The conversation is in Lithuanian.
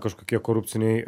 kažkokie korupciniai